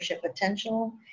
potential